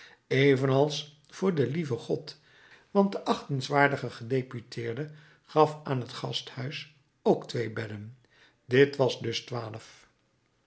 evenals voor den lieven god want de achtenswaardige gedeputeerde gaf aan het gasthuis ook twee bedden dit was dus twaalf